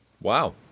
Wow